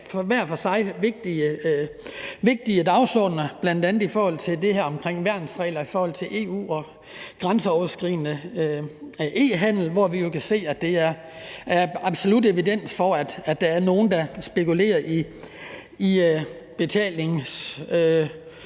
hver for sig vigtige dagsordener, bl.a. i forhold til det her om værnsregler i forhold til EU og grænseoverskridende e-handel, hvor vi kan se, at der absolut er evidens for, der er nogle, der spekulerer i betalingsfikumdik.